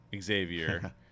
Xavier